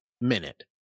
minute